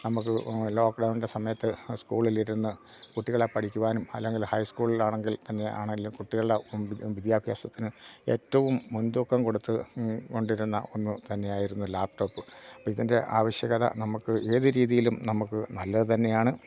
നമുക്ക് ലോക്ക്ഡൗണിൻ്റെ സമയത്ത് സ്കൂളിൽ ഇരുന്ന് കുട്ടികളെ പഠിക്കുവാനും അല്ലെങ്കിൽ ഹൈസ്കൂളിലാണെങ്കിൽ തന്നെ ആണെങ്കിലും കുട്ടികളുടെ വിദ്യാഭ്യാസത്തിന് ഏറ്റവും മുൻതൂക്കം കൊടുത്ത് കൊണ്ടിരുന്ന ഒന്ന് തന്നെയായിരുന്നു ലാപ്ടോപ്പ് ഇതിൻ്റെ ആവശ്യകത നമുക്ക് ഏത് രീതിയിലും നമുക്ക് നല്ലത് തന്നെയാണ്